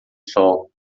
sol